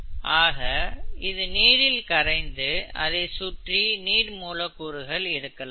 ஆக இது நீரில் கரைந்து அதை சுற்றி நீர் மூலக்கூறுகள் இருக்கலாம்